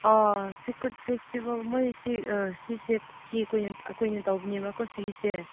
ꯑꯥ ꯁꯤ ꯀꯨꯠ ꯐꯦꯁꯇꯤꯚꯦꯜ ꯃꯣꯏꯁꯤ ꯁꯤꯁꯦ ꯀꯨꯛꯀꯤ ꯑꯩꯈꯣꯏꯅ ꯇꯧꯕꯅꯦꯕꯀꯣ ꯁꯤꯒꯤꯁꯦ